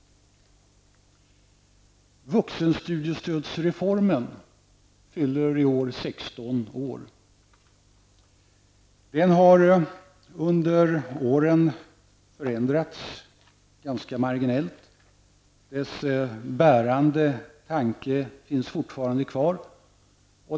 Vuxenstudiestödsreformen fyller 16 år i år. Den har under åren förändrats ganska marginellt. Dess bärande tanke finns fortfarande kvar.